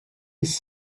his